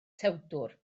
tewdwr